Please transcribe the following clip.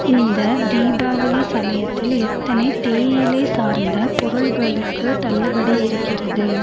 இந்த தீபாவளி சமயத்தில் எத்தனை தேயிலை சார்ந்த பொருள்களுக்கு தள்ளுபடி இருக்கிறது